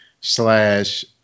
slash